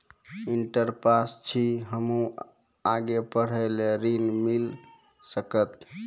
Inter pass छी हम्मे आगे पढ़े ला ऋण मिल सकत?